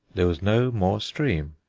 there was no more stream,